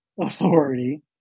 authority